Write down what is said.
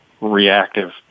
reactive